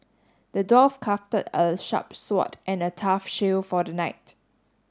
the dwarf crafted a sharp sword and a tough shield for the knight